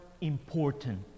important